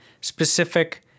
specific